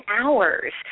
hours